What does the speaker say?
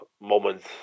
moments